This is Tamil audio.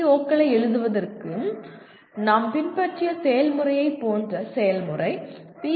PEO களை எழுதுவதற்கு நாம் பின்பற்றிய செயல்முறையைப் போன்ற செயல்முறை பி